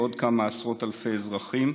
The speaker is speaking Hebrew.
לעוד כמה עשרות אלפי אזרחים.